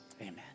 Amen